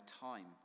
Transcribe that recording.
time